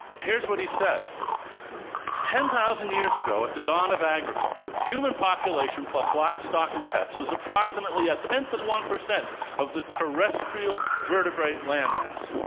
here's what he said ten thousand years ago, at the dawn of agriculture, human population, plus livestock and pets, was approximately a tenth of one percent of the terrestrial vertebrate landmass.